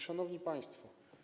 Szanowni Państwo!